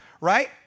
right